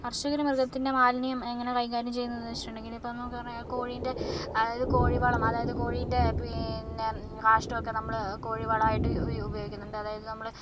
കർഷകർ മൃഗത്തിൻ്റെ മാലിന്യം എങ്ങനെ കൈകാര്യം ചെയ്യുന്നു എന്ന് വെച്ചിട്ടുണ്ടെങ്കിൽ ഇപ്പോൾ നമുക്ക് കോഴീൻ്റെ അതായത് കോഴിവളം അതായത് കോഴിൻ്റെ പിന്നെ കാഷ്ടമൊക്കെ നമ്മൾ കോഴിവളമായിട്ട് ഉപയോഗിക്കുന്നുണ്ട് അതായത് നമ്മൾ